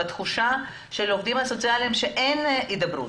התחושה של העובדים הסוציאליים היא שאין הידברות.